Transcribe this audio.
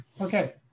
Okay